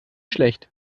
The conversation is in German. schlecht